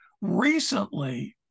Recently